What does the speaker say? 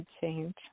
change